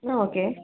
ಹಾಂ ಓಕೆ